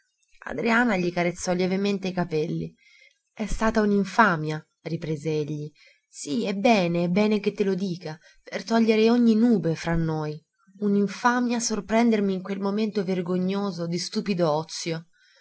adriana gli carezzò lievemente i capelli è stata un'infamia riprese egli sì è bene è bene che te lo dica per togliere ogni nube fra noi un'infamia sorprendermi in quel momento vergognoso di stupido ozio